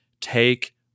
Take